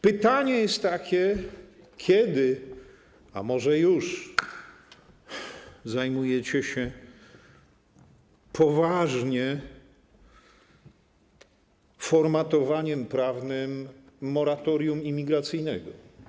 Pytanie jest takie: Kiedy, a może już, zajmiecie się poważnie formatowaniem prawnym moratorium imigracyjnego?